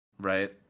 right